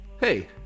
hey